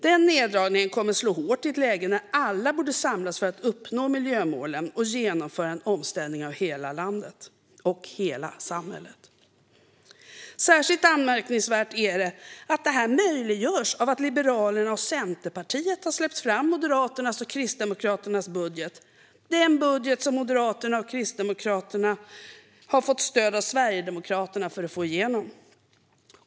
Den neddragningen kommer att slå hårt i ett läge när alla borde samlas för att uppnå miljömålen och genomföra en omställning av hela landet och hela samhället. Särskilt anmärkningsvärt är att det här möjliggörs av att Liberalerna och Centerpartiet har släppt fram Moderaternas och Kristdemokraternas budget, den budget som Moderaterna och Kristdemokraterna fått stöd av Sverigedemokraterna för att få igenom.